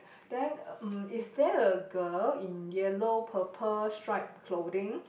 then uh mm is there a girl in yellow purple striped clothing